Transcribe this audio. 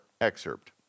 excerpt